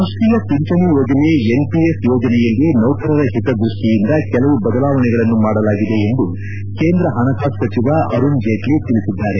ರಾಷ್ಷೀಯ ಪಿಂಚಣಿ ಯೋಜನೆ ಎನ್ಪಿಎಸ್ ಯೋಜನೆಯಲ್ಲಿ ನೌಕರರ ಹಿತದ್ಯಷ್ಷಿಯಿಂದ ಕೆಲವು ಬದಲಾವಣೆಗಳನ್ನು ಮಾಡಲಾಗಿದೆ ಎಂದು ಕೇಂದ್ರ ಪಣಕಾಸು ಸಚಿವ ಅರುಣ್ ಜೇಟ್ನ ತಿಳಿಸಿದ್ದಾರೆ